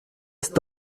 ist